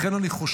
לכן אני חושב